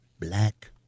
black